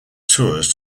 tours